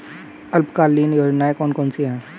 अल्पकालीन योजनाएं कौन कौन सी हैं?